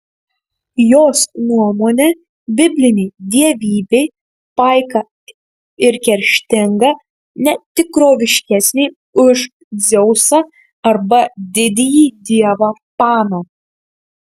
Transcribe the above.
jos nuomone biblinė dievybė paika ir kerštinga ne tikroviškesnė už dzeusą arba didįjį dievą paną